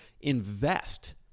invest